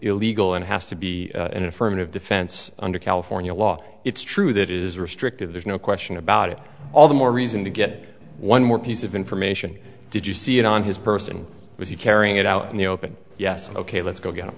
illegal and has to be an affirmative defense under california law it's true that it is restrictive there's no question about it all the more reason to get one more piece of information did you see it on his person was he carrying it out in the open yes ok let's go get